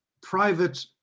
private